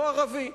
לא ערבי,